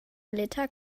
liter